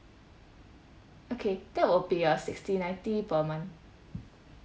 okay that would be uh sixty ninety per month